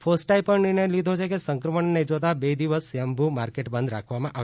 ફોસ્ટાએ પણ નિર્ણય લીધો છે કે સંક્રમણને જોતા બે દિવસ સ્વયંભૂ માર્કેટ બંધ રાખવામાં આવે